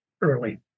early